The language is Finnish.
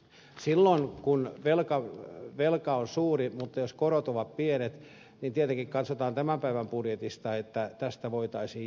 silloin kun velka on suuri mutta korot ovat pienet niin tietenkin katsotaan tämän päivän budjetista että tästä voitaisiin jotenkin selvitä